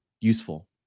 useful